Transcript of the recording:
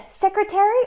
secretary